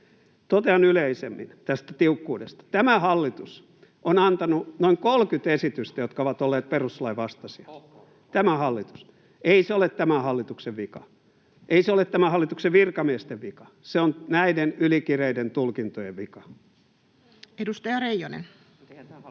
Totean yleisemmin tästä tiukkuudesta. Tämä hallitus on antanut noin 30 esitystä, jotka ovat olleet perustuslain vastaisia [Timo Heinonen: Ohhoh!] — tämä hallitus. Ei se ole tämän hallituksen vika. Ei se ole tämän hallituksen virkamiesten vika. Se on näiden ylikireiden tulkintojen vika. Edustaja Reijonen.